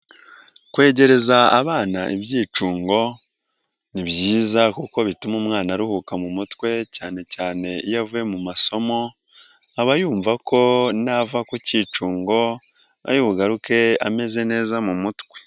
Kwegereza abana ibyicungo ni byiza kuko bituma umwana aruhuka mu mutwe cyane cyane iyo avuye mu masomo, aba yumva ko nava ku cyicungo ari bugaruke ameze neza mu mutwe.